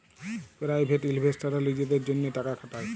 private ইলভেস্টাররা লিজেদের জ্যনহে টাকা খাটায়